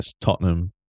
Tottenham